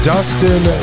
Dustin